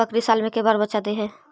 बकरी साल मे के बार बच्चा दे है?